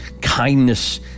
kindness